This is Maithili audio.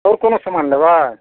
आओर कोनो समान लेबै